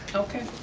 okay.